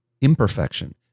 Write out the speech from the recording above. imperfection